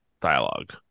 dialogue